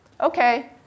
Okay